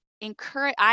encourage